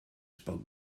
spoke